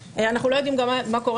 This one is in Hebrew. אנחנו לא יודעים מה היה קודם.